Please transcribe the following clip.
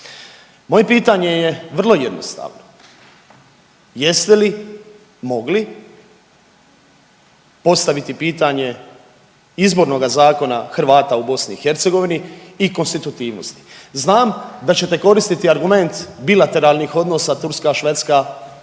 Moje pitanje je vrlo jednostavno, jeste li mogli postaviti pitanje Izbornoga zakona Hrvata u BiH i konstitutivnosti? Znam da ćete koristiti argument bilateralnih odnosa Turska-Švedska,